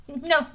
No